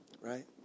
Right